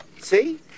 See